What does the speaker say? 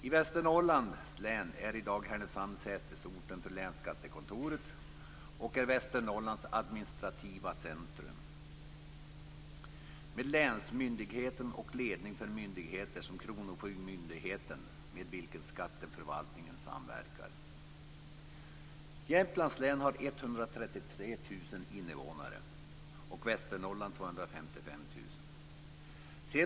I Västernorrlands län är Härnösand i dag sätesorten för länsskattekontoret och Västernorrlands administrativa centrum med länsmyndigheten och ledningen för myndigheter, t.ex. kronofogdemyndigheten, med vilken skatteförvaltningen samverkar. Jämtlands län har 133 000 invånare och Västernorrlands län har 255 000 invånare.